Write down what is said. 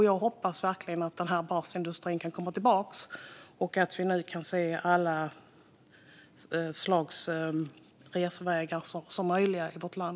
Jag hoppas verkligen att den här basindustrin kan komma tillbaka och att vi framöver kan se alla slags resvägar som möjliga i vårt land.